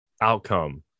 outcome